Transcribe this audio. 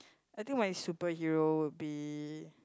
I think my superhero would be